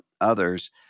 others